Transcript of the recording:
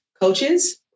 coaches